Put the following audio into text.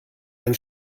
ein